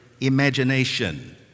imagination